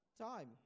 time